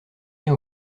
bien